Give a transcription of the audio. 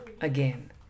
again